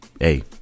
Hey